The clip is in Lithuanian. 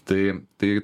tai tai